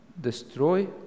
destroy